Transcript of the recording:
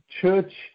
church